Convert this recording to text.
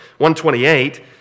128